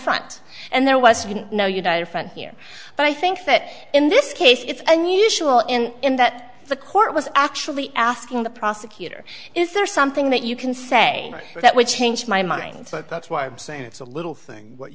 front and there was no united front here but i think that in this case it's unusual in in that the court was actually asking the prosecutor is there something that you can say that would change my mind but that's why i'm saying it's a little thing what